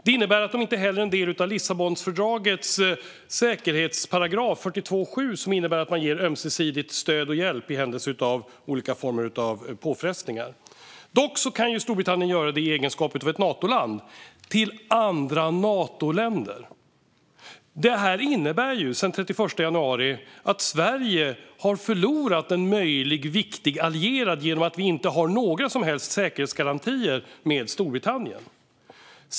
Det innebär att landet inte heller är en del av Lissabonfördragets artikel 42.7 om säkerhet, som innebär att man ger ömsesidigt stöd och hjälp i händelse av olika påfrestningar. Dock kan Storbritannien ge det i egenskap av Natoland - till andra Natoländer. Detta innebär att Sverige har förlorat en möjlig viktig allierad genom att vi sedan den 31 januari inte har några som helst säkerhetsgarantier med Storbritannien.